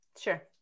Sure